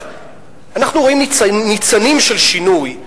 אנחנו רואים ניצנים של שינוי,